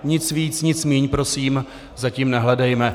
Nic víc, nic míň prosím za tím nehledejme.